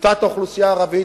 מוטת האוכלוסייה הערבית,